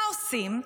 מה עושים?